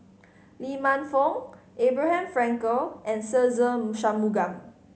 Lee Man Fong Abraham Frankel and Se Ze Shanmugam